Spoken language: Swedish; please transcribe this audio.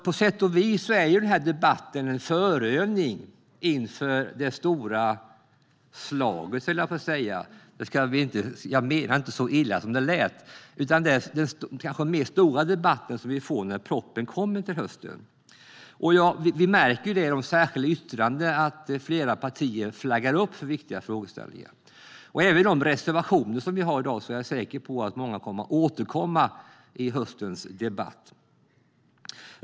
På sätt och vis är denna debatt en förövning inför det stora slaget - jag menar inte så illa som det låter - men den stora debatten som vi får när propositionen kommer till hösten. Vi märker i de särskilda yttrandena att flera partier flaggar för viktiga frågor, och jag är säker på att många av de reservationer vi har i dag återkommer i höstens debatt.